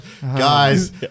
Guys